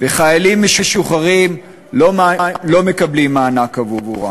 וחיילים משוחררים לא מקבלים מענק עבורו.